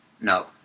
No